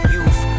Youth